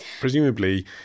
Presumably